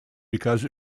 because